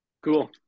Cool